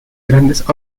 grandes